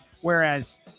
Whereas